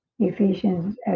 Ephesians